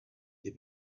they